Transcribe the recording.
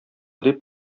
дип